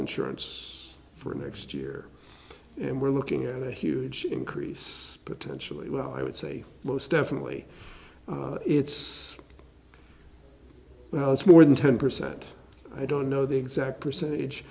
insurance for next year and we're looking at a huge increase potentially well i would say most definitely it's well it's more than ten percent i don't know the exact percentage